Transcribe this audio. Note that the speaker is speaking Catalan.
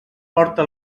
porta